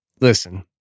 listen